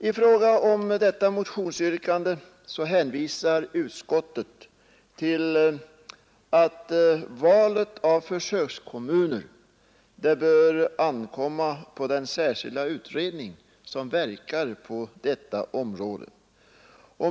Beträffande detta motionsyrkande hänvisar utskottet till att valet av försökskommuner bör ankomma på den särskilda utredning som verkar på detta område.